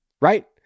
right